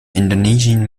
indonesian